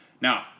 now